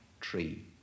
tree